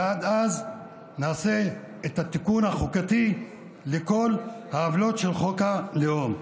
ועד אז נעשה את התיקון החוקתי לכל העוולות של חוק הלאום.